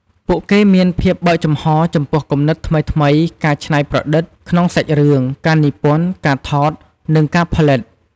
ពួកគេមានភាពបើកចំហរចំពោះគំនិតថ្មីៗ ការច្នៃប្រឌិត ក្នុងសាច់រឿង ការនិពន្ធ ការថត និងការផលិត។